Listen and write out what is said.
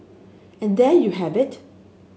and there you have it